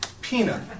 Peanut